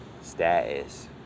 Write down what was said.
status